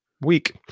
week